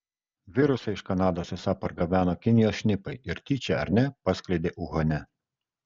virusą iš kanados esą pargabeno kinijos šnipai ir tyčia ar ne paskleidė uhane